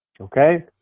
Okay